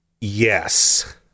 Yes